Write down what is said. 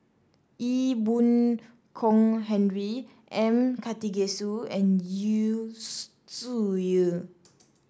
Ee Boon Kong Henry M Karthigesu and Yu Zhuye